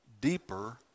deeper